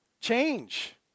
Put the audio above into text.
change